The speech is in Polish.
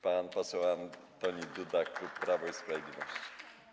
Pan poseł Antoni Duda, klub Prawo i Sprawiedliwość.